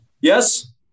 yes